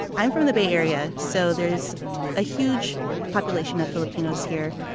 i'm from the bay area so there is a huge population of filipinos here.